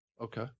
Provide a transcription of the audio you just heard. Okay